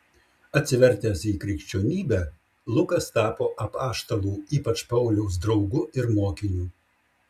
atsivertęs į krikščionybę lukas tapo apaštalų ypač pauliaus draugu ir mokiniu